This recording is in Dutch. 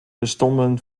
stonden